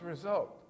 result